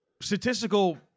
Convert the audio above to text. statistical